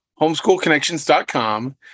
homeschoolconnections.com